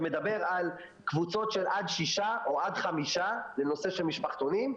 שמדבר על קבוצות של עד שישה או עד חמישה בנושא של משפחתונים,